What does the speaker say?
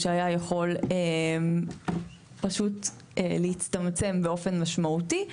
שיכול היה פשוט להצטמצם באופן משמעותי,